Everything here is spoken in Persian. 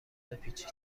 بپیچید